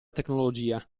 tecnologia